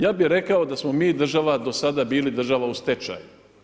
Ja bih rekao da smo mi država, do sada bili država u stečaju.